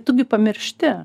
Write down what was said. tu gi pamiršti